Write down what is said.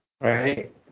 right